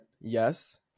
yes